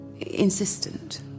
insistent